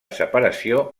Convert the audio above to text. separació